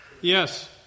Yes